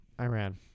Iran